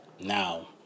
Now